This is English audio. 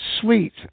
sweet